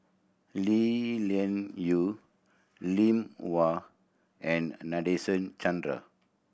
Lee Lian Yiu Lim Wau and Nadasen Chandra